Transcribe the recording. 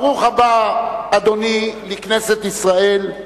ברוך הבא, אדוני, לכנסת ישראל.